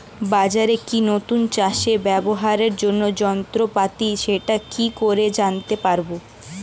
বাজারে কি নতুন চাষে ব্যবহারের জন্য যন্ত্রপাতি সেটা কি করে জানতে পারব?